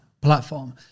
platform